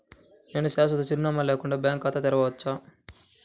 నేను శాశ్వత చిరునామా లేకుండా బ్యాంక్ ఖాతా తెరవచ్చా?